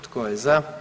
Tko je za?